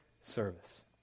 service